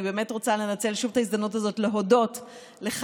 אני באמת רוצה לנצל שוב את ההזדמנות הזאת להודות לך,